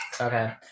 Okay